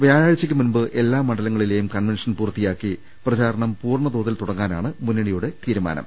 വ്യാഴാഴ്ചക്ക് മുമ്പ് എല്ലാ മണ്ഡലങ്ങളിലേയും കൺവെൻഷൻ പൂർത്തിയാക്കി പ്രചാ രണം പൂർണതോതിൽ തുടങ്ങാനാണ് മുന്നണിയിലെ തീരുമാനം